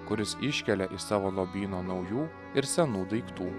kuris iškelia iš savo lobyno naujų ir senų daiktų